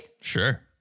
Sure